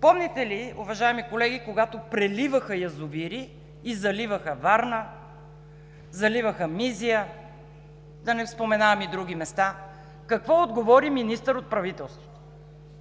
Помните ли, уважаеми колеги, когато преливаха язовири и заливаха Варна, заливаха Мизия, да не споменавам и други места, какво отговори министър от правителството,